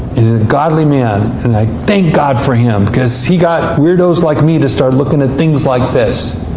he's a godly man. and i thank god for him, because he got weirdos like me to start looking at things like this.